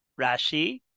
Rashi